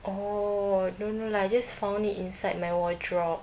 oh no no lah I just found it inside my wardrobe